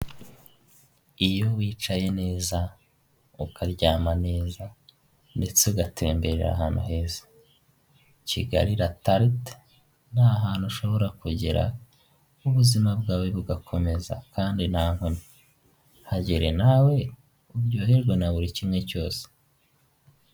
Umuhanda w'igitaka urimo imodoka ebyiri imwe y'umukara n'indi yenda gusa umweru, tukabonamo inzu ku ruhande yarwo yubakishije amabuye kandi ifite amababi y'umutuku ni'gipangu cy'umukara.